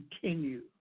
continue